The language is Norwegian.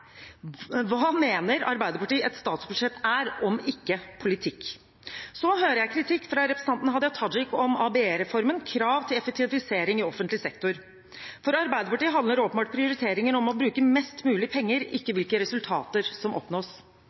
Hæ? Hva mener Arbeiderpartiet et statsbudsjett er – om ikke politikk? Så hører jeg kritikk fra representanten Hadia Tajik om ABE-reformen, krav til effektivisering i offentlig sektor. For Arbeiderpartiet handler åpenbart prioriteringer om å bruke mest mulig penger, ikke hvilke resultater som oppnås.